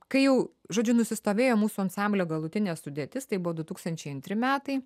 kai jau žodžiu nusistovėjo mūsų ansamblio galutinė sudėtis tai buvo du tūkstančiai antri metai